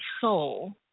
soul